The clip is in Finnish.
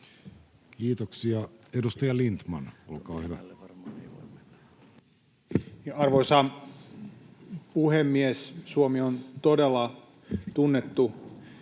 Kiitoksia. — Edustaja Lindtman, olkaa hyvä. Arvoisa puhemies! Suomi on ollut todella tunnettu